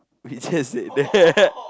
he says that